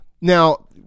Now